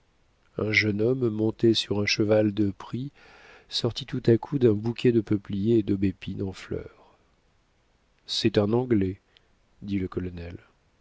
un jeune homme monté sur un cheval de prix sortit tout d'un coup d'un bosquet de peupliers et d'aubépines en fleurs c'est un anglais dit le colonel